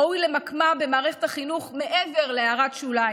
ראוי למקמה במערכת החינוך מעבר להערת שוליים.